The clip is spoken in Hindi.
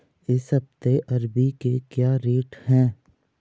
इस हफ्ते अरबी के क्या रेट हैं?